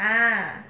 ah